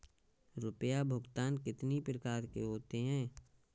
रुपया भुगतान कितनी प्रकार के होते हैं?